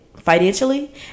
Financially